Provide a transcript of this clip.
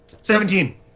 Seventeen